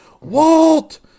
Walt